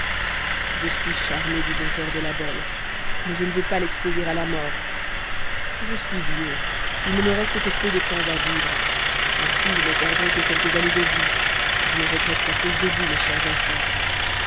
je suis charmé du bon cœur de la belle mais je ne veux pas l'exposer à la mort je suis vieux il ne me reste que peu de temps à vivre ainsi je ne perdrai que quelques années de vie que je ne regrette qu'à cause de vous mes chers enfans